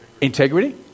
Integrity